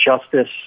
justice